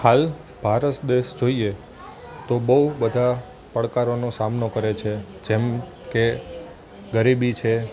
હાલ ભારત દેશ જોઈએ તો બહુ બધા પ્રકારોનો સામનો કરે છે જેમકે ગરીબી છે